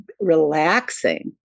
relaxing